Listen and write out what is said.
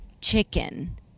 chicken